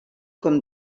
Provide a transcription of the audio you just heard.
com